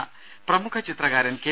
രുര പ്രമുഖ ചിത്രകാരൻ കെ